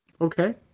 okay